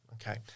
Okay